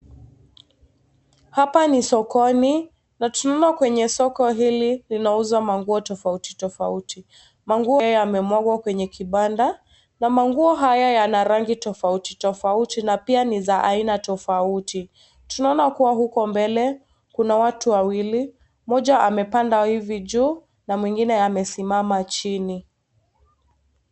Hapa ni sokoni na tunaona kwenye soko hili linauza manguo tofauti tofauti. Manguo haya yamemwangaa kwenye kibanda manguo haya yana rangi tofauti tofauti na pia ni za aina tofauti. Tunaona pia huko mbele kuna watu wawili, mmoja amepanda hivi juu na mwingine amesimama chini.